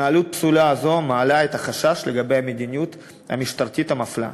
התנהלות פסולה זו מעלה את החשש לגבי המדיניות המשטרתית המפלה.